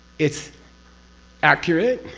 it's accurate,